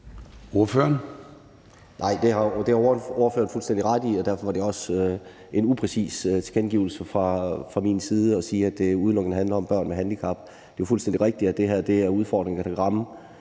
(EL): Nej, det har ordføreren fuldstændig ret i, og derfor var det også en upræcis tilkendegivelse fra min side at sige, at det udelukkende handler om børn med handicap. Det er jo fuldstændig rigtigt, at det her er udfordringer, der kan ramme